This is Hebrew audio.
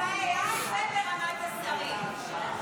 ירידה ב-AI וברמת השרים.